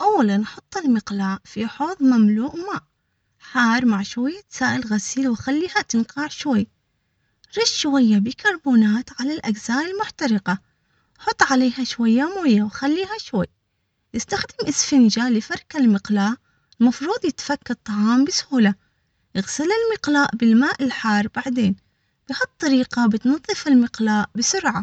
أولا، حط المقلاة في حوض مملوء ماء حار مع شوية سائل غسيل، وخليها تنقع شوي رش شوية بكربونات على الأجزاء المحترقة، حط عليها شوية موية وخليها شوي يستخدم إسفنجه لفرك المقلاة المفروض يتفك الطعام بسهولة. اغسل المقلاه.